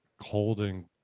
holding